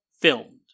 filmed